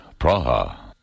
Praha